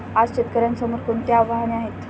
आज शेतकऱ्यांसमोर कोणती आव्हाने आहेत?